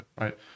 right